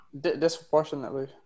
disproportionately